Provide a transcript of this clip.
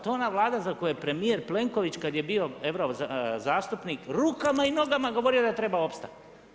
To je ona Vlada za koju je premijer Plenković kada je bio euro zastupnik rukama i nogama govorio da treba opstati.